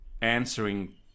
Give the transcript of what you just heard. answering